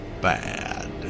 bad